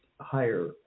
higher